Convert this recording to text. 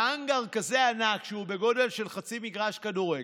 בהאנגר כזה ענק, שהוא בגודל של חצי מגרש כדורגל,